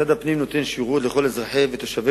משרד הפנים נותן שירות לכל אזרחי ותושבי